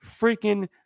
freaking